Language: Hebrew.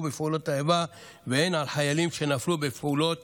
בפעולות האיבה והן על חיילים שנפלו בפעולות